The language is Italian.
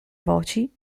voci